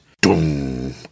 Doom